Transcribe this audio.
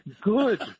good